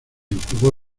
enjugó